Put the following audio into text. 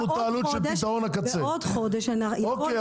אוקיי.